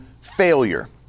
failure